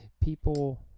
People